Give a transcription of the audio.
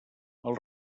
els